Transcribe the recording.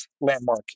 landmark